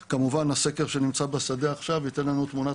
הסקר שנמצא בשדה עכשיו ייתן לנו תמונת